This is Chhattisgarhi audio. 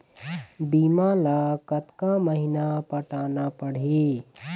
बीमा ला कतका महीना पटाना पड़ही?